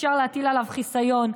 אפשר להטיל עליו חיסיון,